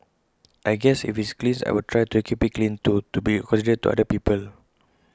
I guess if it's clean I will try to keep IT clean too to be considerate to other people